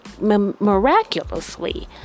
miraculously